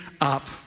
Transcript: up